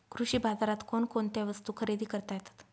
कृषी बाजारात कोणकोणत्या वस्तू खरेदी करता येतात